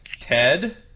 Ted